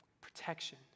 protection